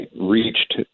reached